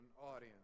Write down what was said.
audience